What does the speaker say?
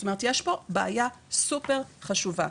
זאת אומרת, יש פה בעיה סופר חשובה.